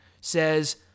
says